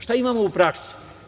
Šta imamo u praksi?